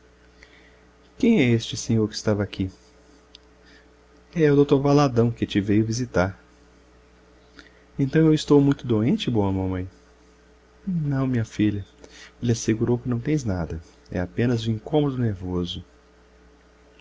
quem é este senhor que estava aqui é o dr valadão que te veio visitar então eu estou muito doente boa mamãe não minha filha ele assegurou que não tens nada é apenas um incômodo nervoso